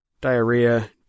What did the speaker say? Diarrhea